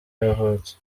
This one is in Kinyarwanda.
yavutse